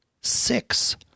six